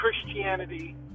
Christianity